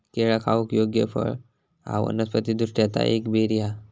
केळा खाऊक योग्य फळ हा वनस्पति दृष्ट्या ता एक बेरी हा